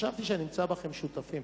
חשבתי שאני אמצא בכם שותפים.